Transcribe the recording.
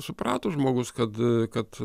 suprato žmogus kad kad